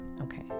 okay